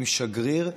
עם שגריר,